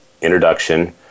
introduction